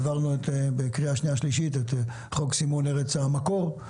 העברנו בקריאה שנייה ושלישית את חוק סימון ארץ המקור,